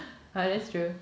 yeah that's true